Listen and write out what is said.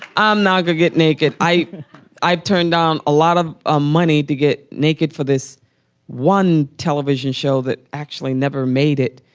i'm not going to get naked. i've i've turned down a lot of ah money to get naked for this one television show that actually never made it,